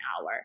hour